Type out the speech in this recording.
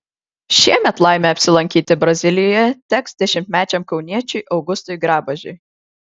šiemet laimė apsilankyti brazilijoje teks dešimtmečiam kauniečiui augustui grabažiui